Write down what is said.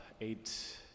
eight